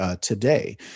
today